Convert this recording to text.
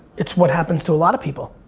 it's what happens to a lot of people.